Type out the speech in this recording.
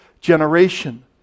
generation